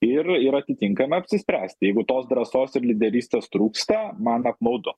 ir ir atitinkamai apsispręsti jeigu tos drąsos ir lyderystės trūksta man apmaudu